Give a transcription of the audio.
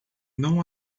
não